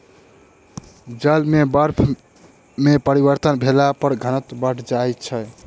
जल के बर्फ में परिवर्तन भेला पर घनत्व बैढ़ जाइत छै